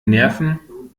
nerven